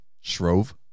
Shrove